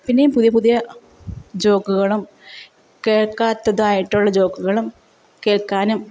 പിന്നെയും പുതിയ പുതിയ ജോക്കുകളും കേൾക്കാത്തതായിട്ടുള്ള ജോക്കുകളും കേൾക്കാനും